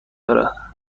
دارد